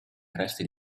resti